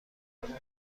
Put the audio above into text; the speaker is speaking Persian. مسابقه